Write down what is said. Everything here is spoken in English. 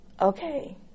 Okay